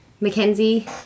Mackenzie